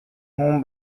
home